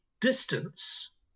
distance